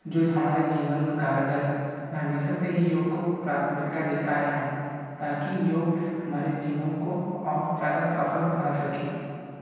जो हमारे जीवन मे कारगर मैं हमेशा से ही योग को प्राथमिकता देता आया हूँ ताकि योग हमारे जीवन को और ज़्यादा सफल बना सके